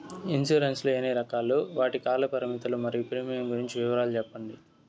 Insurance లు ఎన్ని రకాలు? వాటి కాల పరిమితులు మరియు ప్రీమియం గురించి వివరాలు సెప్పండి?